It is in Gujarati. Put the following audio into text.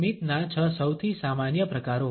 સ્મિતના છ સૌથી સામાન્ય પ્રકારો